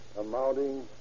amounting